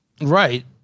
Right